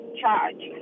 charge